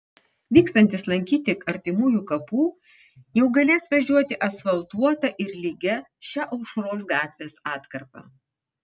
vykstantys lankyti artimųjų kapų jau galės važiuoti asfaltuota ir lygia šia aušros gatvės atkarpa